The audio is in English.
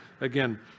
Again